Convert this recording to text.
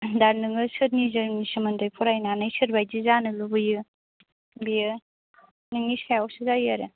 दा नोङो सोरनि जिउनि सोमोन्दै फरायनानै सोरबायदि जानो लुबैयो बेयो नोंनि सायावसो जायो आरो